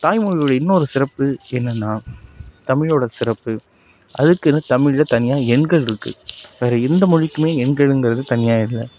தாய்மொழியோடய இன்னொரு சிறப்பு என்னன்னால் தமிழோடு சிறப்பு அதுக்குன்னு தமிழில் தனியாக எண்கள் இருக்குது வேறு எந்த மொழிக்குமே எண்களுங்கிறது தனியாக இல்லை